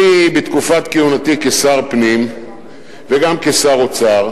בתקופת כהונתי כשר פנים וגם כשר אוצר,